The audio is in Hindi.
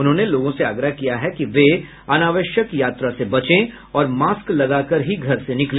उन्होंने लोगों से आग्रह किया है कि वे अनावश्यक यात्रा से बचे और मास्क लगाकर ही घर से बाहर निकले